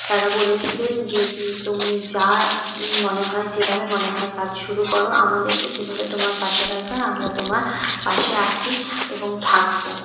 তারা বলেছিলেন যে কি তুমি যা মনে হয় যেভাবে মনে হয় কাজ শুরু করো আমাদেরকে যেভাবে তোমার পাশে দরকার আমরা তোমার পাশে আছি এবং থাকবো